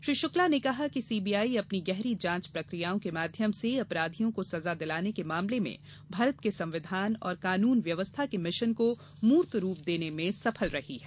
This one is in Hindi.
श्री शुक्ला ने कहा कि सीबीआई अपनी गहरी जांच प्रकियाओं के माध्यम से अपराधियों को सजा दिलाने के मामले में भारत के संविधान और कानून व्यवस्था के मिशन को मूर्त रूप देने में सफल रही है